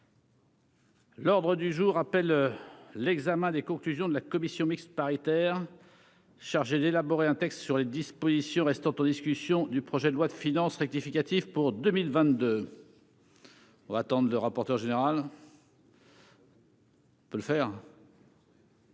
L'ordre du jour appelle l'examen des conclusions de la commission mixte paritaire chargée d'élaborer un texte sur les dispositions restant en discussion du projet de loi de finances rectificative pour 2022 (texte de la commission n° 137, rapport